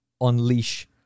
unleash